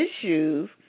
issues